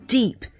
deep